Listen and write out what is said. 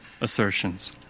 assertions